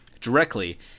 directly